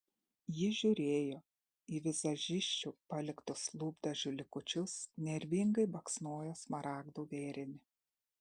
ji žiūrėjo į vizažisčių paliktus lūpdažių likučius nervingai baksnojo smaragdų vėrinį